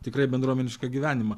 tikrai bendruomenišką gyvenimą